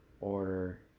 order